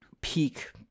peak